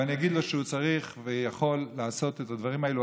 ואני אגיד לו שהוא צריך ויכול לעשות את הדברים האלה.